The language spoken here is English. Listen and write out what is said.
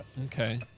Okay